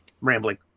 rambling